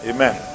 Amen